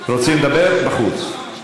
רוצים לדבר, בחוץ.